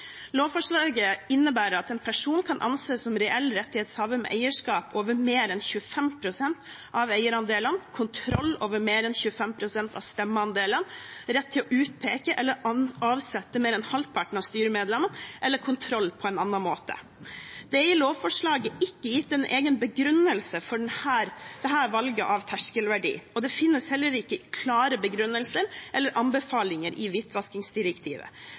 Lovforslaget innebærer at en person kan anses som reell rettighetshaver med eierskap over mer enn 25 pst. av eierandelene, kontroll over mer enn 25 pst. av stemmeandelene, rett til å utpeke eller avsette mer enn halvparten av styremedlemmene eller kontroll på annen måte. Det er i lovforslaget ikke gitt en egen begrunnelse for dette valget av terskelverdi, og det finnes heller ikke klare begrunnelser eller anbefalinger i